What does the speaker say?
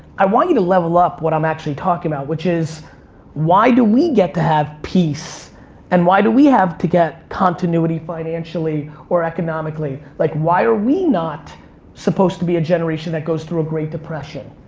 i want you to level up what i'm actually talking about which is why do we get to have peace and why do we have to get continuity financially or economically? like why are we not supposed to be a generation that goes through a great depression?